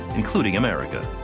including america.